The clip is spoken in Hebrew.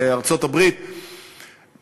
בארצות-הברית,